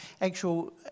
actual